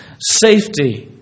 Safety